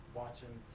watching